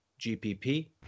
GPP